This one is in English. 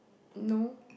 no